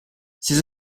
ces